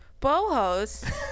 Bohos